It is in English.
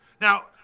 Now